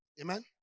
Amen